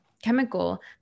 chemical